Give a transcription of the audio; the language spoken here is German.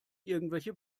irgendwelche